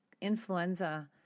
influenza